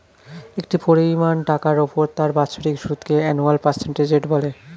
একটি পরিমাণ টাকার উপর তার বাৎসরিক সুদকে অ্যানুয়াল পার্সেন্টেজ রেট বলে